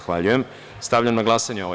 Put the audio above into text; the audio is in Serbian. Stavljam na glasanje ovaj